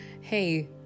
hey